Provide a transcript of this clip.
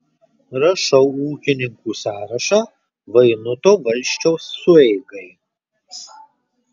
rašau ūkininkų sąrašą vainuto valsčiaus sueigai